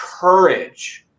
courage